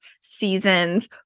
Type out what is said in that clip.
seasons